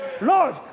Lord